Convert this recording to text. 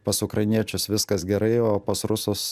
pas ukrainiečius viskas gerai o pas rusus